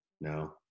No